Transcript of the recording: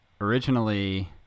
originally